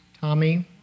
Tommy